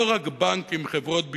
לא רק בנקים, חברות ביטוח,